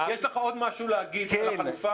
יש לך עוד משהו להגיד על החלופה?